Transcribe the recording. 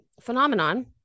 phenomenon